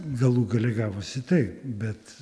galų gale gavosi taip bet